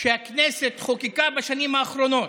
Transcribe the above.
שהכנסת חוקקה בשנים האחרונות.